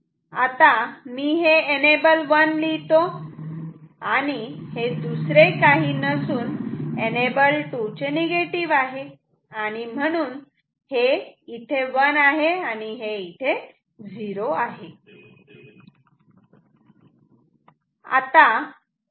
आता मी हे हेएनेबल 1 लिहितो आणि हे दुसरे काही नसून एनेबल 2 चे निगेटिव आहे आणि म्हणून हे इथे 1 आहे आणि हे 0 आहे